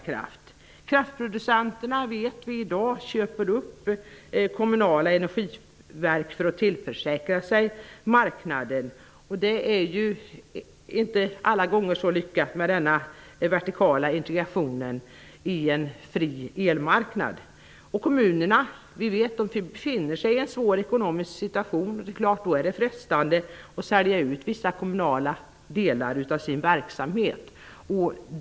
Vi vet att kraftproducenterna i dag köper upp kommunala energiverk för att tillförsäkra sig marknader. Det är inte så lyckat alla gånger med denna vertikala integration på en fri elmarknad. Kommunerna befinner sig i en svår ekonomisk situation. Då är det frestande att sälja ut delar av den kommunala verksamheten.